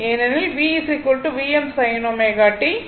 ஏனெனில் V Vm sin ω t